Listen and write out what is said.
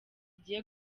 igiye